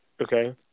Okay